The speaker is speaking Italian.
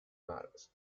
marx